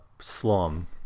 slum